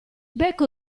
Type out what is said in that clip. becco